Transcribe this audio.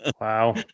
Wow